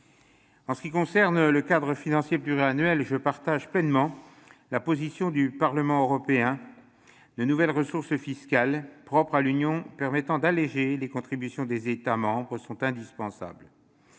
S'agissant du cadre financier pluriannuel, je partage pleinement la position du Parlement européen : de nouvelles ressources fiscales propres à l'Union européenne permettant d'alléger les contributions des États membres sont indispensables.